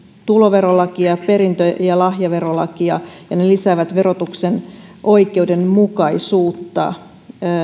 tuloverolakia ja perintö ja lahjaverolakia ja ne lisäävät verotuksen oikeudenmukaisuutta